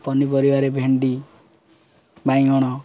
ପନିପରିବାରେ ଭେଣ୍ଡି ବାଇଗଣ